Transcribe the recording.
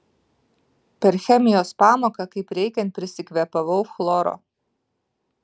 per chemijos pamoką kaip reikiant prisikvėpavau chloro